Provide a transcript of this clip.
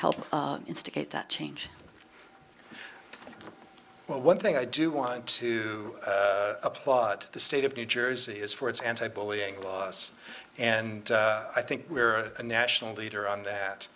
help instigate that change well one thing i do want to applaud the state of new jersey is for its anti bullying laws and i think we are a national leader on that